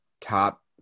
top